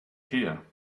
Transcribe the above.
here